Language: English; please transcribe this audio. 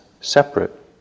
separate